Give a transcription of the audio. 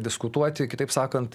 diskutuoti kitaip sakant